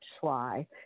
try